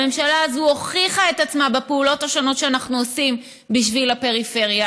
הממשלה הזו הוכיחה את עצמה בפעולות השונות שאנחנו עושים בשביל הפריפריה.